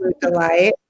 delight